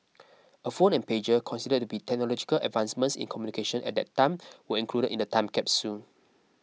a phone and pager considered to be technological advancements in communication at that time were included in the time capsule